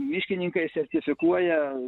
miškininkai sertifikuoja